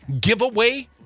giveaway